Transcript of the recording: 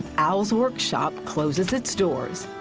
al's workshop closes its doors,